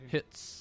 Hits